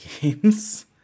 games